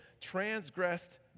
transgressed